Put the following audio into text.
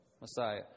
Messiah